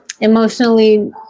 emotionally